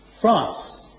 France